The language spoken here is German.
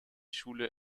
schule